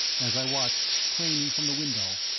as i watched, craning from the window,